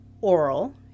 Oral